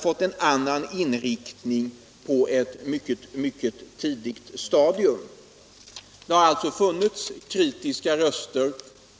fått en annan inriktning på ett mycket tidigt stadium. Det har alltså funnits kritiska röster,